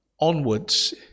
onwards